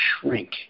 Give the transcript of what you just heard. shrink